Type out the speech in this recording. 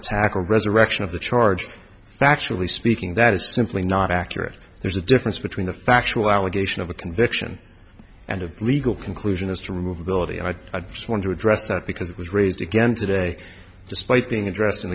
attack or resurrection of the charge factually speaking that is simply not accurate there's a difference between the factual allegation of a conviction and of legal conclusion as to remove ability and i just want to address that because it was raised again today despite being address